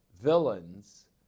Villains